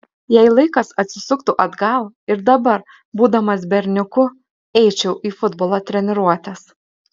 jei laikas atsisuktų atgal ir dabar būdamas berniuku eičiau į futbolo treniruotes